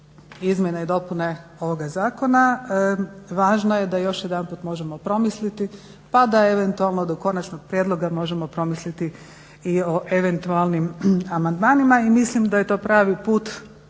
Izmjene i dopune ovoga Zakona važno je da još jedanput možemo promisliti pa da eventualno do konačnog prijedloga možemo promisliti i o eventualnim amandmanima. I mislim da je to pravi put